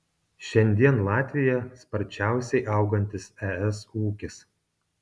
šiandien latvija sparčiausiai augantis es ūkis